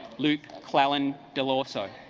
luke cleland deluso